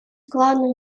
главным